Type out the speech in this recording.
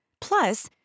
Plus